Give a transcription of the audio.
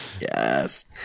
Yes